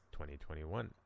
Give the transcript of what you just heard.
2021